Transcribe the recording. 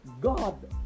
God